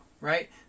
right